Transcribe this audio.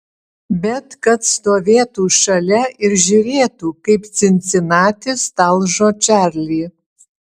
bet kad stovėtų šalia ir žiūrėtų kaip cincinatis talžo čarlį